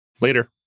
Later